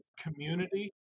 community